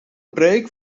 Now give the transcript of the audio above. preek